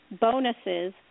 bonuses